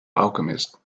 alchemist